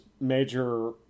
major